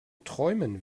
träumen